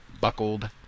buckled